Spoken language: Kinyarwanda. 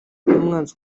nk’umwanzi